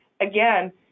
Again